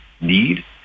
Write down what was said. need